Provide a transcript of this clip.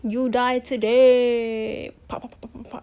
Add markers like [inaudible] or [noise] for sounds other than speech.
you die today [noise]